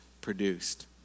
produced